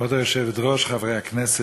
כבוד היושבת-ראש, חברי הכנסת,